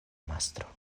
mastro